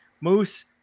Moose